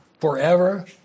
forever